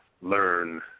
learn